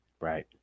right